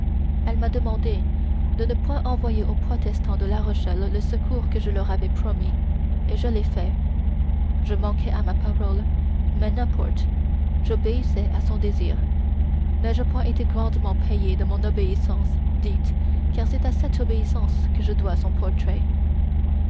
elle m'a demandé de ne point envoyer aux protestants de la rochelle le secours que je leur avais promis et je l'ai fait je manquais à ma parole mais qu'importe j'obéissais à son désir n'ai-je point été grandement payé de mon obéissance dites car c'est à cette obéissance que je dois son portrait